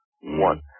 One